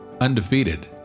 undefeated